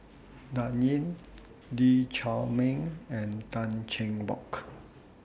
Dan Ying Lee Chiaw Meng and Tan Cheng Bock